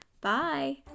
Bye